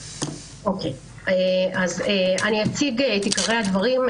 אני אציג את עיקרי הדברים,